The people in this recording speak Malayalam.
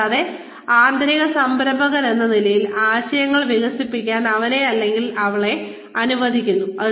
കൂടാതെ ഒരു ആന്തരിക സംരംഭകനെന്ന നിലയിൽ ആശയങ്ങൾ വികസിപ്പിക്കാൻ അവനെ അല്ലെങ്കിൽ അവളെ അനുവദിക്കുന്നു